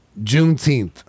Juneteenth